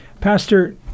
Pastor